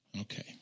Okay